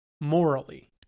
morally